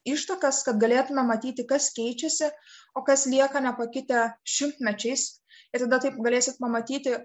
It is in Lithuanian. ištakas kad galėtume matyti kas keičiasi o kas lieka nepakitę šimtmečiais ir tada taip galėsit pamatyti